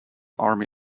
army